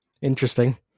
interesting